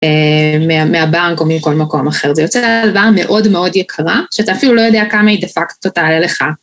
מהבנק או מכל מקום אחר, זה יוצא הלוואה מאוד מאוד יקרה שאתה אפילו לא יודע כמה היא דה-פקט תעלה לך